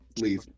Leave